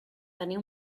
tenir